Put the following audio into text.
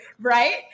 right